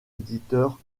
éditeurs